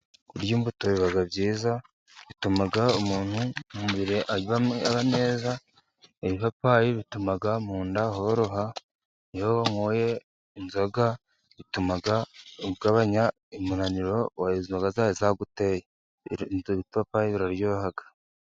Kurya imbuto biba byiza, bituma umuntu imbere aba neza, ibipapayi bituma mu nda horoha, iyo wanyoye inzoga, bituma ugabanya umunaniro inzoga zari zaguteye, ibipapayi biraryoha.